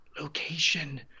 location